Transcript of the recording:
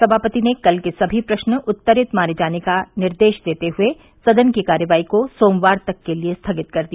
सभापति ने कल के सभी प्रश्न उत्तरित माने जाने का निर्देश देते हुए सदन की कार्यवाही को सोमवार तक के लिये स्थगित कर दिया